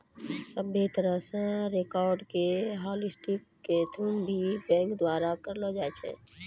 सभ्भे तरह रो कार्ड के हाटलिस्ट केखनू भी बैंक द्वारा करलो जाबै पारै